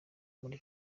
muri